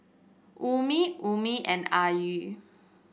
Ummi Ummi and Ayu